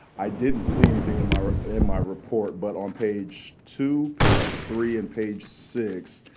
i didn't see anything in my in my report. but on page two, page three, and page six,